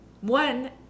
One